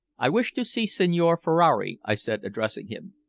i wish to see signor ferrari, i said, addressing him.